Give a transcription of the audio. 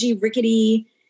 rickety